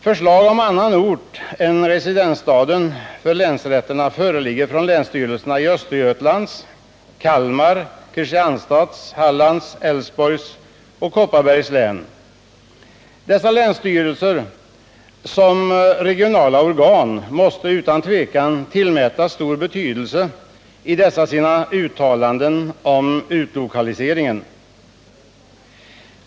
Förslag om annan ort än residensstaden för länsrätternas lokalisering föreligger från länsstyrelserna i Östergötlands, Kalmar, Kristianstads, Hallands, Älvsborgs och Kopparbergs län. Dessa länsstyrelser måste som regionala organ utan tvivel tillmätas stor betydelse när de gjort dessa uttalanden om utlokaliseringen.